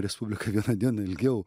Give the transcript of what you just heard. respublika vieną dieną ilgiau